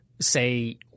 say